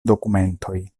dokumentoj